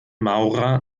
maurer